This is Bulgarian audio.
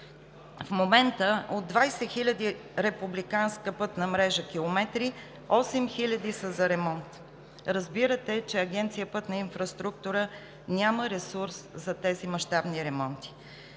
В момента от 20 000 км републиканска пътна мрежа 8000 са за ремонт. Разбирате, че Агенция „Пътна инфраструктура“ няма ресурс за тези мащабни ремонти.